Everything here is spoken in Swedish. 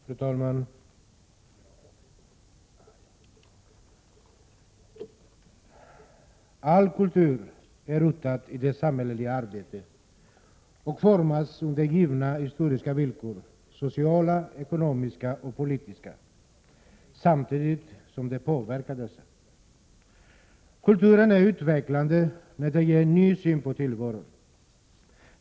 Fru talman! All kultur är rotad i det samhälleliga arbetet och formas under givna historiska villkor — sociala, ekonomiska och politiska — samtidigt som den påverkar dessa. Kulturen är utvecklande när den ger en ny syn på tillvaron.